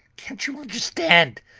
can't you understand?